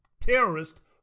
terrorist